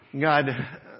God